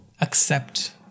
accept